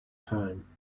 time